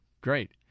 great